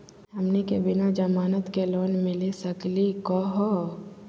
हमनी के बिना जमानत के लोन मिली सकली क हो?